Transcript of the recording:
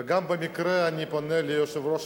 וגם במקרה זה אני פונה ליושב-ראש